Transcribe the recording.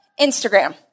Instagram